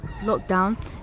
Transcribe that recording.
lockdown